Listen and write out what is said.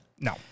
No